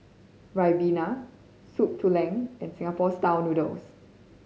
Ribena Soup Tulang and Singapore Style Noodles